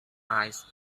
eyes